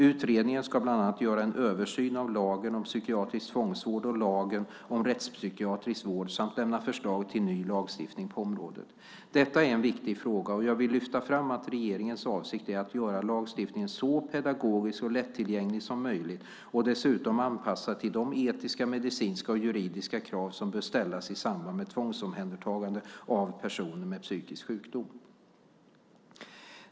Utredningen ska bland annat göra en översyn av lagen om psykiatrisk tvångsvård och lagen om rättspsykiatrisk vård samt lämna förslag till ny lagstiftning på området. Detta är en viktig fråga och jag vill lyfta fram att regeringens avsikt är att göra lagstiftningen så pedagogisk och lättillgänglig som möjligt och dessutom anpassad till de etiska, medicinska och juridiska krav som bör ställas i samband med tvångsomhändertagande av personer med psykisk sjukdom.